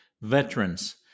Veterans